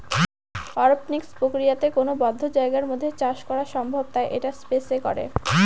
অরপনিক্স প্রক্রিয়াতে কোনো বদ্ধ জায়গার মধ্যে চাষ করা সম্ভব তাই এটা স্পেস এ করে